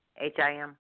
H-I-M